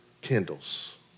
kindles